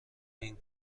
این